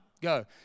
go